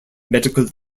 medical